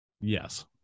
yes